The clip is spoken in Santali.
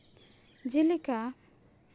ᱡᱮᱞᱮᱠᱟ